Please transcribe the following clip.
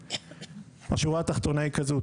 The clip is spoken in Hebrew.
השורה התחתונה היא כזאת: